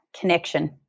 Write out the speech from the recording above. connection